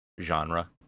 genre